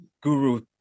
Guru